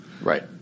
Right